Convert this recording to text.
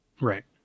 Right